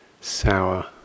sour